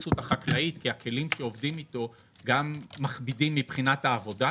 בהתייחסות החקלאית כי הכלים שעובדים איתם גם מכבידים מבחינת העבודה,